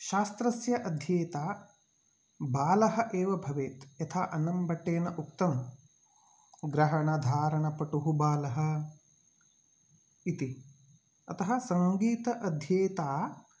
शास्त्रस्य अध्येता बालः एव भवेत् यथा अन्नम्भट्टेन उक्तं ग्रहणधारणपटुः बालः इति अतः सङ्गीत अध्येता